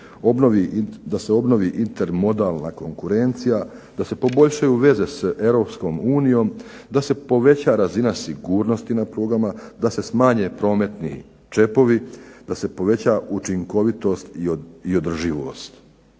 da se obnovi intermodalna konvencija, da se poboljšaju veze s Europskom unijom, da se poveća razina sigurnosti na prugama, da se smanje prometni čepovi, da se poveća učinkovitost i održivost.